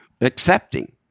accepting